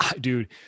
dude